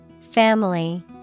Family